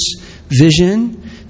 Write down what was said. vision